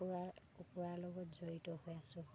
কুকুৰাৰ কুকুৰাৰ লগত জড়িত হৈ আছোঁ